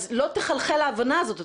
אז לא תחלחל ההבנה הזאת.